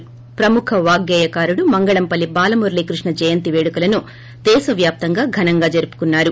ి ప్రముఖ వాగ్గేయకారుడు మంగళంపల్లి బాలమురళీకృష్ణ జయంతి వేడుకులను దేశవ్యాప్తంగా ఘనంగా జరుపుకున్నారు